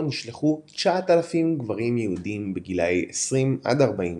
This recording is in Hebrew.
נשלחו 9,000 גברים יהודים בגילאי 20–40